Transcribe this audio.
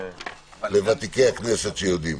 לוותיקי הכנסת שיודעים.